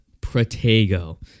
Protego